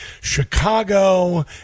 Chicago